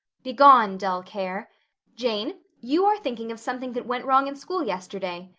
begone, dull care jane, you are thinking of something that went wrong in school yesterday.